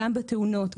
בתאונות,